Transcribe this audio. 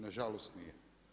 Nažalost nije.